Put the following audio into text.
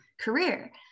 career